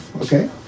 okay